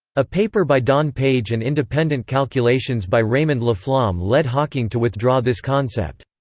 a paper by don page and independent calculations by raymond laflamme led hawking to withdraw this concept.